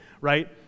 right